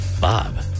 Bob